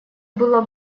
было